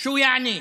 יעני,